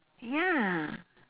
ya